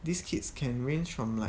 these kids can range from like